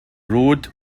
road